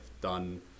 done